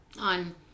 on